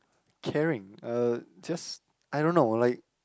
caring uh just I don't know like